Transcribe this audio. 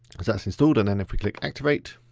that's installed and then if we click activate,